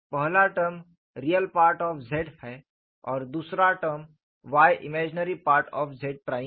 पहला term real part of Z है और दूसरा term y imaginary part of Z prime है